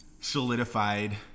solidified